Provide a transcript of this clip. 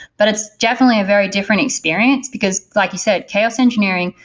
but it's definitely a very different experience, because, like you said, chaos engineering,